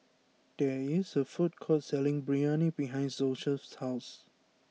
there is a food court selling Biryani behind Joeseph's house